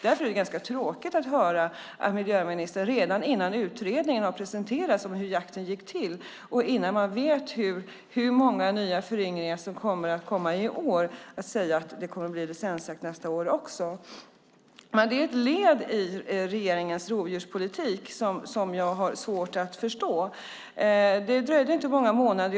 Därför är det ganska tråkigt att höra att miljöministern säger, redan innan utredningen har presenterats om hur jakten gick till och innan man vet hur många nya föryngringar som kommer att komma i år, att det kommer att bli licensjakt också nästa år. Det är ett led i regeringens rovdjurspolitik som jag har svårt att förstå. Det dröjde inte många månader.